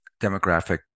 demographic